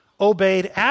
obeyed